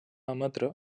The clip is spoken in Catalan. emetre